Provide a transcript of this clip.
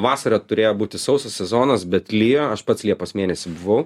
vasarą turėjo būti sausas sezonas bet lijo aš pats liepos mėnesį buvau